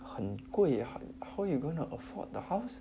很贵 how you're going to afford the house